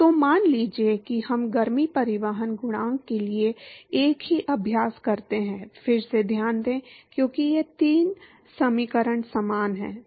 तो मान लीजिए कि हम गर्मी परिवहन गुणांक के लिए एक ही अभ्यास करते हैं फिर से ध्यान दें क्योंकि ये तीन समीकरण समान हैं